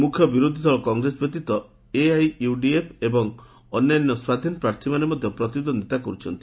ମୁଖ୍ୟ ବିରୋଧୀଦଳ କଂଗ୍ରେସ ବ୍ୟତୀତ ଏଆଇୟୁଡିଏଫ୍ ଏବଂ ଅନ୍ୟାନ୍ୟ ସ୍ୱାଧୀନ ପ୍ରାର୍ଥୀମାନେ ମଧ୍ୟ ପ୍ରତିଦ୍ୱନ୍ଦ୍ୱିତା କରୁଛନ୍ତି